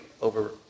over